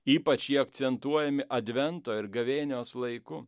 ypač jį akcentuojami advento ir gavėnios laiku